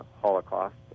Holocaust